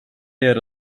yer